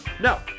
No